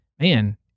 man